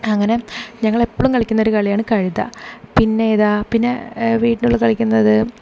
അങ്ങനെ ഞങ്ങൾ എപ്പളും കളിക്കുന്ന ഒരു കളിയാണ് കഴുത പിന്നെ ഏതാ പിന്നെ വീട്ടിനുള്ളിൽ കളിക്കുന്നത്